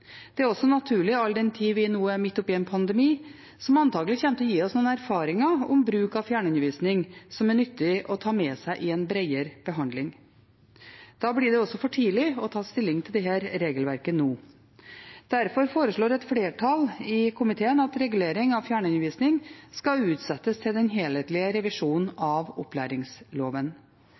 Det er også naturlig all den tid vi nå er midt oppe i en pandemi, som antakelig kommer til å gi oss noen erfaringer om bruk av fjernundervisning som er nyttige å ta med seg i en bredere behandling. Da blir det for tidlig å ta stilling til dette regelverket nå. Derfor foreslår et flertall i komiteen at regulering av fjernundervisning skal utsettes til den helhetlige revisjonen av opplæringsloven.